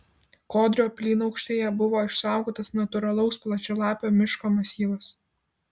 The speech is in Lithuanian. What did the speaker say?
kodrio plynaukštėje buvo išsaugotas natūralaus plačialapio miško masyvas